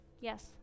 Yes